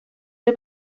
del